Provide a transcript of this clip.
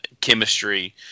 chemistry